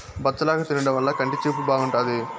బచ్చలాకు తినడం వల్ల కంటి చూపు బాగుంటాది